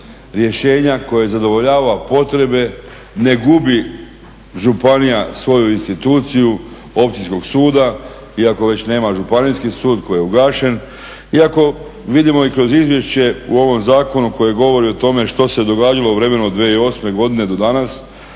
rješenja koje zadovoljava potrebe, ne gubi županija svoju instituciju općinskog suda. Iako već nema županijski sud koji je ugašen, iako vidimo i kroz izvješće u ovom zakonu koji govori o tome što se događalo u vremenu od 2008. godine do danas,